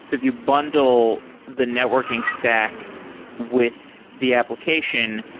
if you bundle the networking stack with the application,